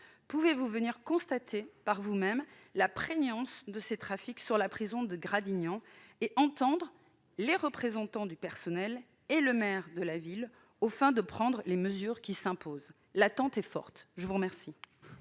Pouvez-vous venir constater par vous-même la prégnance de ces trafics dans la prison de Gradignan et entendre les représentants du personnel et le maire de la ville afin de prendre les mesures qui s'imposent ? L'attente est forte ! La parole